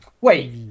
Wait